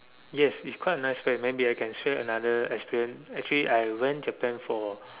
yes it's quite a nice place maybe I can share another experience actually I went Japan for